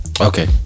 okay